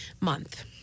month